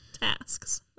Tasks